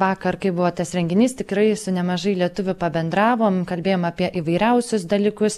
vakar kai buvo tas renginys tikrai su nemažai lietuvių pabendravom kalbėjom apie įvairiausius dalykus